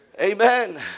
Amen